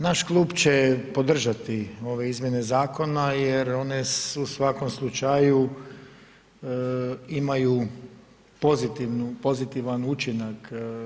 Naš Klub će podržati ove izmjene zakona jer one u svakom slučaju imaju pozitivan učinak.